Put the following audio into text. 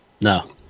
No